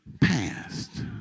past